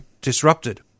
disrupted